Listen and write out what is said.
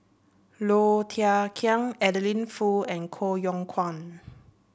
Low Thia Khiang Adeline Foo and Koh Yong Guan